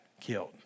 killed